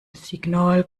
signal